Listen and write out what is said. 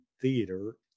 Theater